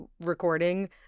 recording